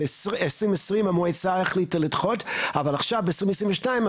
בינתיים יש עוד שני אנשים שידברו,